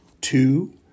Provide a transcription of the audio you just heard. Two